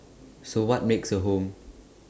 so what makes A home